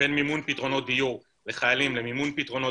בין מימון פתרונות דיור לחיילים למימון פתרונות